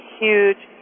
huge